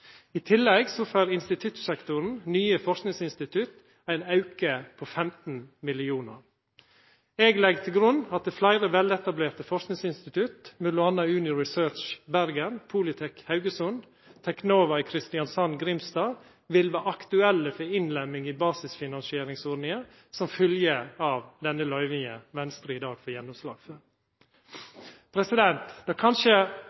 I tillegg får instituttsektoren, nye forskingsinstitutt, ein auke på 15 mill. kr. Eg legg til grunn at fleire veletablerte forskingsinstitutt – m.a. Uni Research i Bergen, Polytec i Haugesund og Teknova i Kristiansand/Grimstad – vil vera aktuelle for innlemming i basisfinansieringsordninga som følgje av den løyvinga Venstre i dag får gjennomslag for. Det kanskje